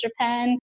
Japan